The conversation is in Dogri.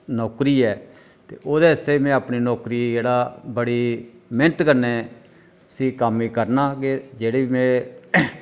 नौकरी ऐ ते ओह्दे आस्तै में अपनी नौकरी जेह्ड़ा बड़ी मेह्नत कन्नै उसी कम्म गी करना कि जेह्ड़ी बी में